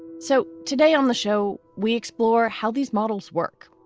so today on the show, we explore how these models work,